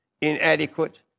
inadequate